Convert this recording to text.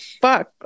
fuck